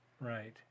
Right